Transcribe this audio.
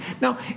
Now